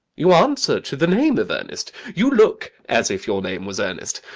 you answer to the name of ernest. you look as if your name was ernest.